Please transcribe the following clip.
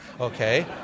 okay